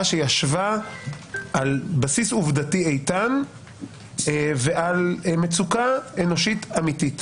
שישבה על בסיס עובדתי איתן ועל מצוקה אנושית אמיתית,